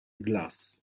glass